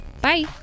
Bye